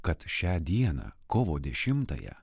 kad šią dieną kovo dešimtąją